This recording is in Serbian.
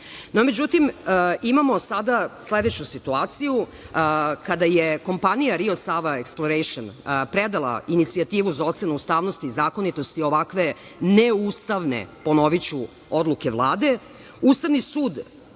međutim, imamo sada sledeću situaciju, kada je kompanija „Rio Sava eksploration“ predala inicijativu za ocenu ustavnosti i zakonitosti ovakve neustavne, ponoviću, odluke Vlade,